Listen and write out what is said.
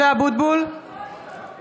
(קוראת בשמות חברי הכנסת)